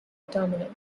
terminal